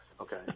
Okay